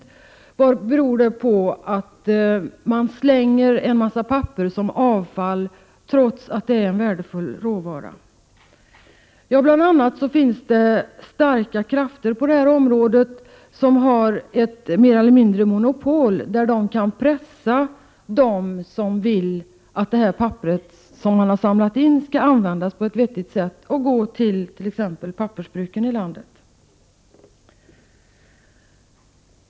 Vad beror det på att man slänger en mängd papper som avfall trots att det är en värdefull råvara? Ja, bl.a. finns det starka krafter på området som mer eller mindre har monopol och kan pressa dem som vill att det papper som samlats in skall användas på ett vettigt sätt och gå till exempelvis pappersbruken i landet.